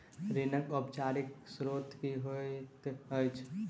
ऋणक औपचारिक स्त्रोत की होइत छैक?